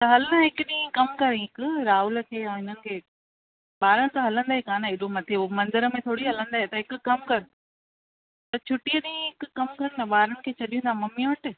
हल न हिकु ॾींहुं कमु कर हिकु राहुल खे या हिननि खे ॿारनि सां हलंदा ई काने हेॾो मथे हो मंदर में थोरी हलंदे त हिकु कमु कर त छुटीअ ॾींहुं हिकु कमु कर ना ॿारनि खे छॾींदा मम्मीअ वटि